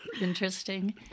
interesting